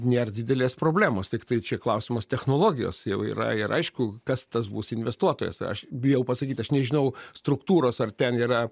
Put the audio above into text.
nėr didelės problemos tiktai čia klausimas technologijos jau yra ir aišku kas tas bus investuotojas aš bijau pasakyt aš nežinau struktūros ar ten yra